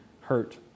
hurt